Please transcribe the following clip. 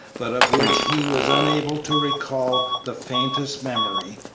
but of which he was unable to recall the faintest memory.